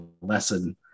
lesson